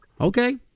Okay